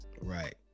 Right